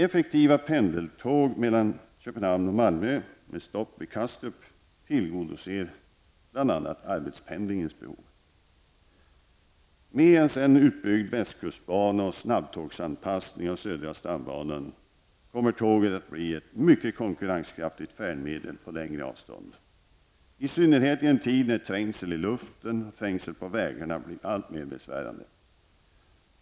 Effektiva pendeltåg mellan Köpenhamn och Malmö, med stopp vid Kastrup, tillgodoser bl.a. Med en utbyggd västkustbana och snabbtågsanpassning av södra stambanan kommer tåget att bli ett mycket konkurrenskraftigt färdmedel på längre avstånd, i synnerhet i en tid när trängseln i luften och på vägarna blir alltmer besvärande.